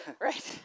right